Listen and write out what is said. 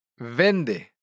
vende